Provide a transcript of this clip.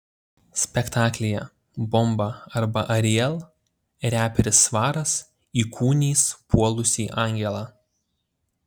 spektaklyje bomba arba ariel reperis svaras įkūnys puolusį angelą